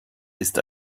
ist